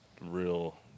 real